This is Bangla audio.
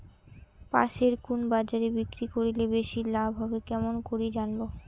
পাশের কুন বাজারে বিক্রি করিলে বেশি লাভ হবে কেমন করি জানবো?